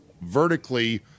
vertically